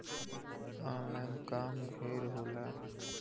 online काम ढेर होला